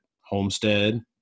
Homestead